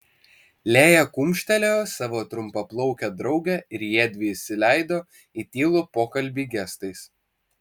lėja kumštelėjo savo trumpaplaukę draugę ir jiedvi įsileido į tylų pokalbį gestais